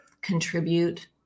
contribute